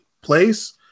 place